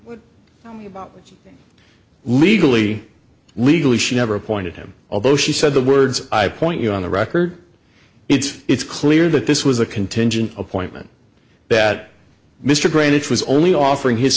what about legally legally she never appointed him although she said the words i point you on the record it's it's clear that this was a contingent appointment that mr graham it was only offering his